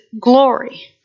glory